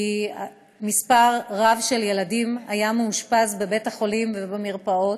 כי מספר רב של ילדים היה מאושפז בבית-החולים ובמרפאות,